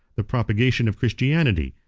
the propagation of christianity,